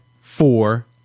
four